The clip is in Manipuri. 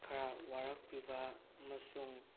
ꯈꯔ ꯋꯥꯔꯛꯄꯤꯕ ꯑꯃꯁꯨꯡ